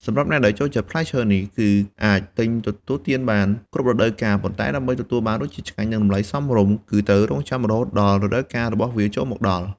សម្រាប់អ្នកដែលចូលចិត្តផ្លែឈើនេះ គឺអាចទិញទទួលទានបានគ្រប់រដូវកាល ប៉ុន្តែដើម្បីទទួលបានរសជាតិឆ្ងាញ់ និងតម្លៃសមរម្យ គឺត្រូវរង់ចាំរហូតដល់រដូវកាលរបស់វាចូលមកដល់។